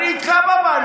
אני איתך בבנקים.